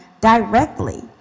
directly